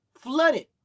flooded